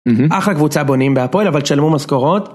אח הקבוצה בונים בהפועל אבל תשלמו מזכורות.